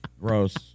Gross